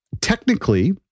technically